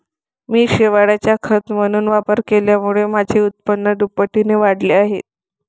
मी शेवाळाचा खत म्हणून वापर केल्यामुळे माझे उत्पन्न दुपटीने वाढले आहे